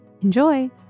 Enjoy